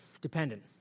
dependent